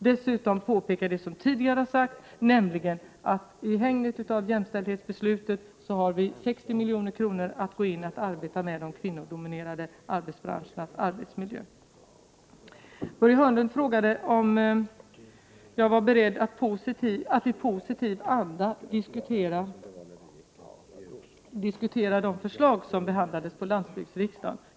Dessutom vill jag påpeka det som tidigare har sagts, nämligen att vi, i hägnet av jämställdhetsbeslutet, har 60 milj.kr. att arbeta med när det gäller arbetsmiljöer i de kvinnodominerade branscherna. Börje Hörnlund frågade om jag var beredd att i positiv anda diskutera de förslag som behandlades på landsbygdsriksdagen.